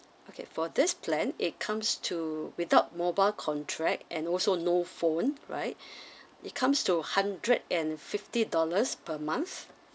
okay for this plan it comes to without mobile contract and also no phone right it comes to hundred and fifty dollars per month